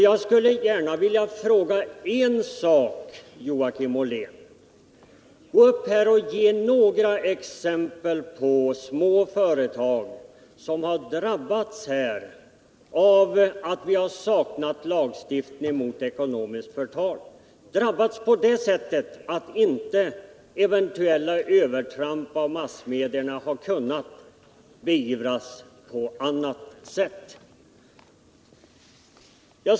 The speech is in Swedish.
Jag skulle gärna vilja säga en sak, Joakim Ollén: Gå upp och ge några exempel på små företag som har drabbats av att vi saknar en lagstiftning mot ekonomiskt förtal och genom att eventuella övertramp av massmedierna inte har kunnat beivras på annat sätt!